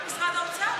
במשרד האוצר.